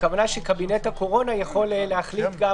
הכוונה שקבינט הקורונה יכול להחליט גם